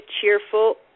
cheerful